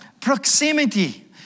proximity